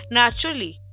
naturally